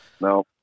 No